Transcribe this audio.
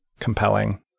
Compelling